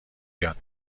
یاد